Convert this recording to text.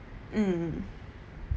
mm